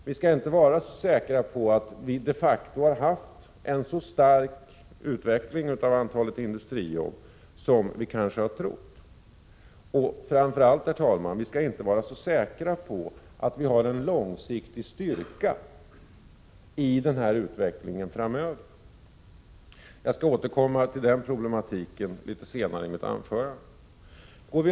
Vi skall inte vara så säkra på att vi de facto har haft en så stark utveckling när det gäller antalet industrijobb som vi kanske har trott. Och framför allt skall vi inte vara så säkra på att vi har en långsiktig styrka i den här utvecklingen framöver. Jag skall återkomma till denna problematik litet senare i mitt anförande.